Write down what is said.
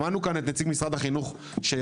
שמענו כאן את נציג משרד החינוך שהודה